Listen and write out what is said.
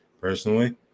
personally